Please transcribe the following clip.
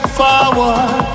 forward